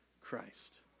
Christ